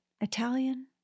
Italian